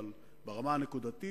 אבל ברמה הנקודתית,